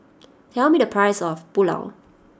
tell me the price of Pulao